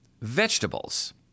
vegetables